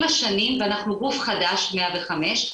עם השנים ואנחנו גוף חדש 105,